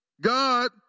God